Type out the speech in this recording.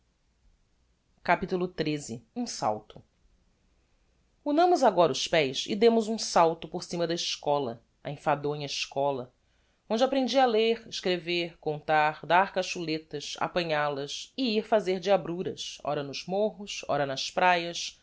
capitulo xiii um salto unamos agora os pés e demos um salto por cima da eschola a enfadonha eschola onde aprendi a ler escrever contar dar cacholetas apanhal as e ir fazer diabruras ora nos morros ora nas praias